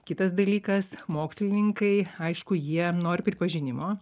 kitas dalykas mokslininkai aišku jie nori pripažinimo